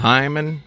Hyman